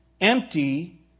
empty